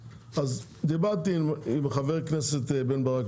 דיברתי עם חבר כנסת בן ברק,